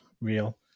real